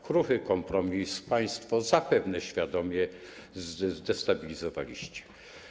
Kruchy kompromis państwo, zapewne świadomie, zdestabilizowaliście.